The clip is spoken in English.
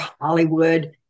Hollywood